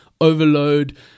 overload